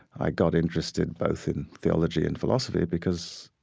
i got interested both in theology and philosophy because,